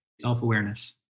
Self-awareness